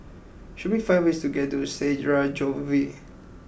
show me five ways to get to Sarajevo